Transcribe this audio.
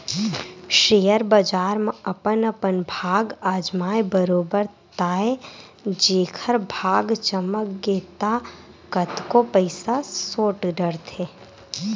share बजार म अपन अपन भाग अजमाय बरोबर ताय जेखर भाग चमक गे ता कतको पइसा सोट डरथे